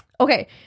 Okay